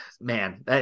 Man